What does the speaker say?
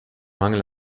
mangel